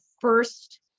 first